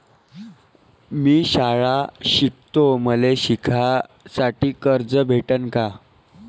मी शाळा शिकतो, मले शिकासाठी कर्ज भेटन का?